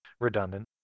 redundant